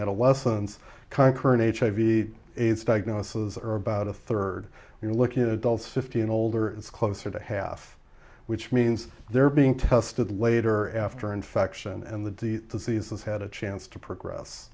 adolescents conquer the aids diagnosis or about a third you're looking at adults fifty and older it's closer to half which means they're being tested later after infection and that the diseases had a chance to progress